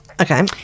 Okay